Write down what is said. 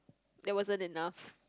that wasn't enough